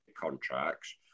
contracts